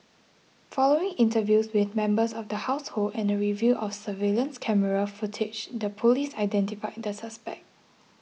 following interviews with members of the household and a review of surveillance camera footage the police identified the suspect